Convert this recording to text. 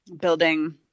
building